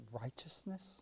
righteousness